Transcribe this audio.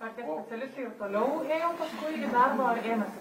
ar tie specialistai ir toliau ėjo paskui į darbą ar ėmėsi